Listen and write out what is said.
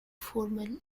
formal